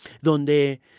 donde